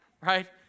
right